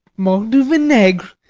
mort du vinaigre!